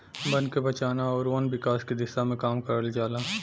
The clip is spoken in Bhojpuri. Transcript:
बन के बचाना आउर वन विकास के दिशा में काम करल जाला